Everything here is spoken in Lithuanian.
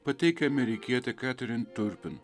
pateikia amerikietė katerin turpin